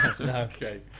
Okay